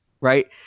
right